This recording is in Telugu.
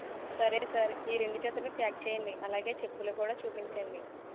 సరే సార్ ఈ రెండు జతలు ప్యాక్ చేయండి అలాగే చెప్పులు కూడా చూపించండి